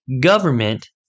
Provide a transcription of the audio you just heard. government